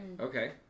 Okay